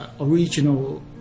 original